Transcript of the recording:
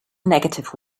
negative